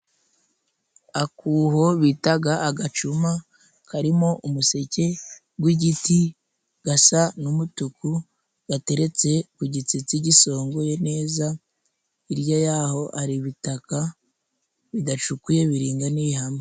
Akuho bitaga agacuma, karimo umuseke gw'igiti gasa n'umutuku, gateretse ku gitsitsi gisongoye neza, hirya y'aho ari ibitaka bidacukuye biringaniye hamwe.